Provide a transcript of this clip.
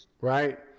right